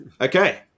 Okay